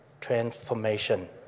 transformation